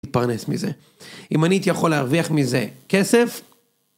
מתפרנס מזה. אם אני הייתי יכול להרוויח מזה כסף.